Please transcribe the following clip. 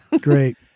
great